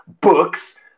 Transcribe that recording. books